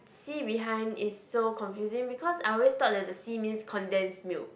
C behind is so confusing because I always thought that the C means condensed milk